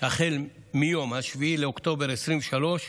החל מיום 7 באוקטובר 2023,